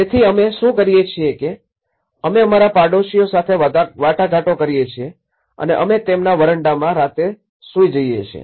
તેથી અમે શું કરીએ છીએ કે અમે અમારા પડોશીઓ સાથે વાટાઘાટો કરીએ છીએ અને અમે તેમના વરંડામાં રાતે સૂઈ જઇયે છીએ